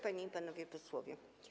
Panie i Panowie Posłowie!